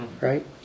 right